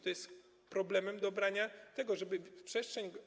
To jest problem dobrania tego, żeby przestrzeń.